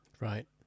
right